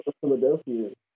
Philadelphia